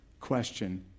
question